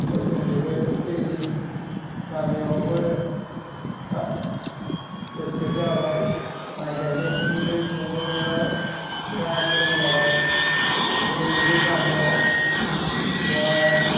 दंजोबो जोंनि गामिआवबो गा सुइचगेट जाबाय माइ गायनायफोरनोनि दंग' दंला बेराद मोजां जाबाय जोंनि बे गामियाव बेराद